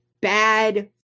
bad